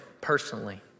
personally